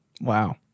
Wow